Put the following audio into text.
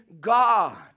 God